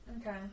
Okay